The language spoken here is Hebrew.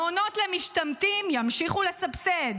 מעונות למשתמטים ימשיכו לסבסד,